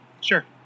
Sure